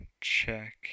check